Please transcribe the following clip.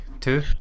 Two